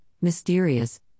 mysterious